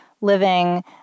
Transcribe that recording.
living